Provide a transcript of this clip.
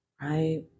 right